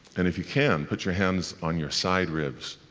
and if you can, put your hands on your side ribs.